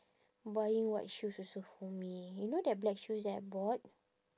buying white shoes also for me you know that black shoes that I bought